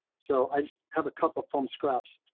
so i just have a couple of phone scraps,